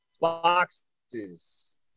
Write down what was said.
boxes